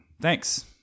Thanks